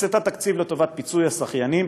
הקצתה תקציב לפיצוי הזכיינים,